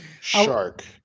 Shark